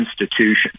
institution